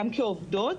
גם כעובדות,